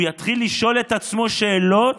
הוא יתחיל לשאול את עצמו שאלות,